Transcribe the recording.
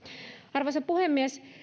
arvoisa puhemies